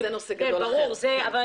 בכלים